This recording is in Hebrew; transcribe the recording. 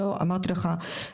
אמרתי לך,